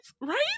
right